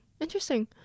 interesting